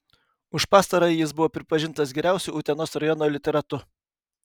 už pastarąjį jis buvo pripažintas geriausiu utenos rajono literatu